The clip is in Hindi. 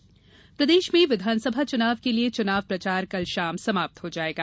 चुनाव प्रचार प्रदेश में विधानसभा चुनाव के लिये चुनाव प्रचार कल शाम समाप्त हो जायेगा